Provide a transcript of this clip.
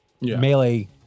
melee